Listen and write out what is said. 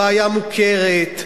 הבעיה מוכרת,